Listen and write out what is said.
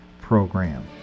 program